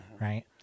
Right